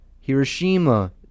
Hiroshima